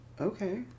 okay